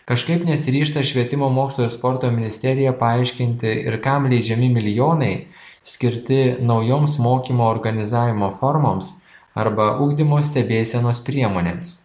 kažkaip nesiryžta švietimo mokslo ir sporto ministerija paaiškinti ir kam leidžiami milijonai skirti naujoms mokymo organizavimo formoms arba ugdymo stebėsenos priemonėms